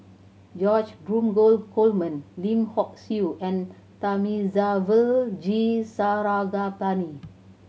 George Dromgold Coleman Lim Hock Siew and Thamizhavel G Sarangapani